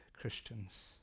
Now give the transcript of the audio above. Christians